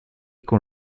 con